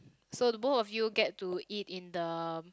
so the both of you get to eat in the